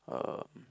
um